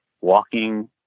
walking